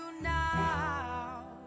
now